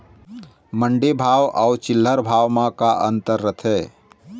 मंडी भाव अउ चिल्हर भाव म का अंतर रथे?